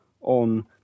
on